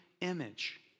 image